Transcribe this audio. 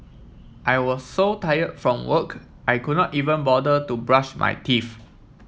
I was so tired from work I could not even bother to brush my teeth